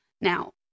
Now